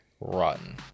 rotten